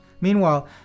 meanwhile